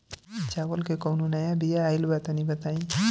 चावल के कउनो नया बिया आइल बा तनि बताइ?